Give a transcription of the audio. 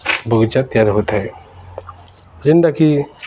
ବଗିଚା ତିଆରି ହୋଇଥାଏ ଯେନ୍ତାକି